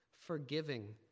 forgiving